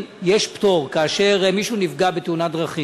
אם ההצעה תעבור,